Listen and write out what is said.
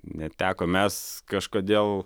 neteko mes kažkodėl